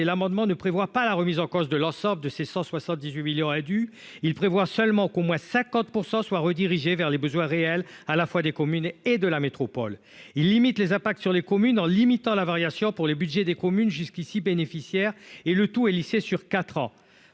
et l'amendement ne prévoit pas la remise en cause de l'ensemble de ses 178 millions a dû, il prévoit seulement qu'au moins 50% soit redirigé vers les besoins réels à la fois des communes et de la métropole, il limite les impacts sur les communes en limitant la variation pour les Budgets des communes jusqu'ici bénéficiaire et le tout est lissé sur 4 ans.